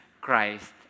Christ